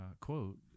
quote